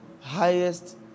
highest